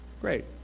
Great